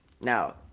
now